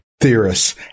theorists